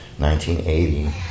1980